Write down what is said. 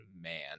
man